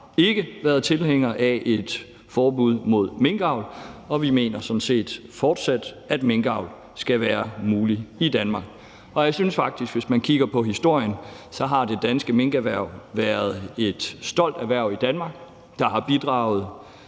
ikke været tilhængere af et forbud mod minkavl, og vi mener sådan set fortsat, at minkavl skal være muligt i Danmark. Og jeg synes faktisk, at hvis man kigger på historien, har det danske minkerhverv været et stolt erhverv i Danmark, der har bidraget